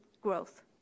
growth